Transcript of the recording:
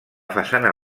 façana